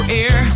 air